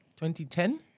2010